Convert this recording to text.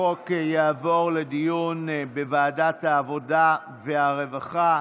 החוק יעבור לדיון בוועדת העבודה והרווחה.